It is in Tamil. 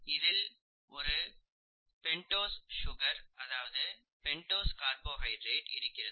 இதில் ஒரு பெண்டோஸ் சுகர் அதாவது பெண்டோஸ் கார்போஹைட்ரேட் இருக்கிறது